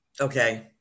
Okay